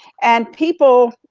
and people,